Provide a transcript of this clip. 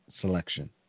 selection